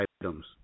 items